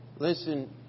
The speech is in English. Listen